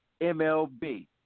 MLB